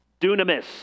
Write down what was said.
dunamis